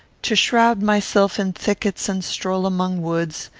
to shroud myself in thickets and stroll among woods,